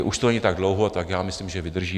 Už to není tak dlouho, tak já myslím, že vydržíme.